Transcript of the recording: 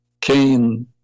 Cain